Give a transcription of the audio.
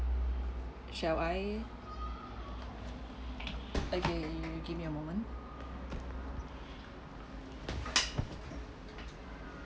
shall I okay you give me a moment